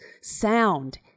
sound